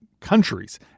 countries